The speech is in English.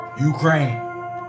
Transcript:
Ukraine